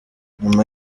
nyuma